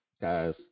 guys